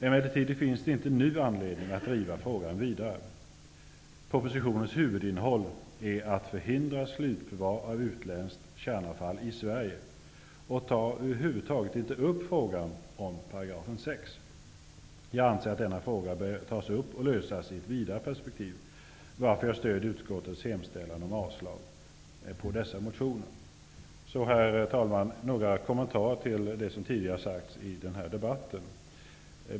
Emellertid finns det inte nu anledning att driva frågan vidare. Propositionens huvudinnehåll är att förhindra slutförvar av utländskt kärnavfall i Sverige, och i propositionen berörs över huvud taget inte frågan om 6 §. Jag anser att denna fråga bör tas upp och lösas i vidare perspektiv, varför jag stöder utskottets hemställan om avslag på dessa motioner. Herr talman! Jag vill så göra några kommentarer till vad som tidigare sagts i denna debatt.